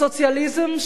הסוציאליזם,